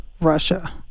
Russia